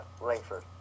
Langford